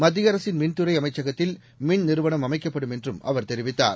மத்தியஅரசின் மின் துறைஅமைச்சகத்தில் மின் நிறுவனம் அமைக்கப்படும் என்றுதெரிவித்தார்